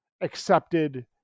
accepted